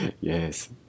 Yes